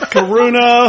Karuna